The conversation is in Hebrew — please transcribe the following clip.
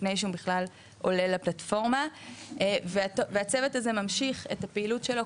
לפני שהוא בכלל עולה לפלטפורמה והצוות הזה ממשיך את הפעילות שלו,